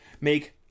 make